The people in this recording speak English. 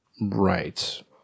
Right